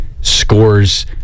scores